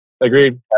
Agreed